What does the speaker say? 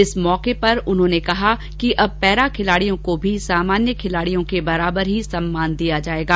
इस अवसर पर उन्होंने कहा कि अब पैरा खिलाड़ियों को भी सामान्य खिलाड़ियों के बराबर ही सम्मान दिया जाएगा